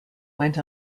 went